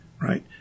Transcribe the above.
right